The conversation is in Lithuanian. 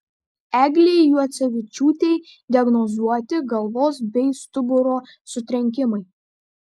eglei juocevičiūtei diagnozuoti galvos bei stuburo sutrenkimai